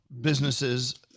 businesses